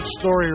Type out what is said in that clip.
story